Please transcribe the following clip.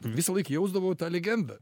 visąlaik jausdavau tą legendą